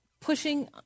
pushing